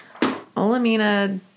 Olamina